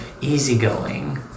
easygoing